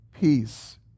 Peace